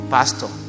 Pastor